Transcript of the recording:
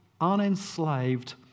unenslaved